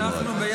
חשוב מאוד.